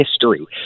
history